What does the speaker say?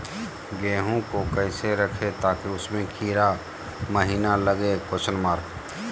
गेंहू को कैसे रखे ताकि उसमे कीड़ा महिना लगे?